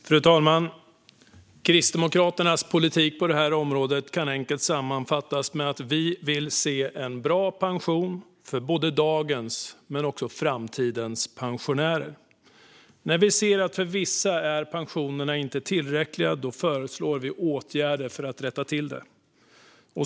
Fru talman! Kristdemokraternas politik på det här området kan enkelt sammanfattas med att vi vill se en bra pension för både dagens och framtidens pensionärer. När vi ser att pensionerna för vissa inte är tillräckliga föreslår vi åtgärder för att rätta till det.